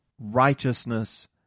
righteousness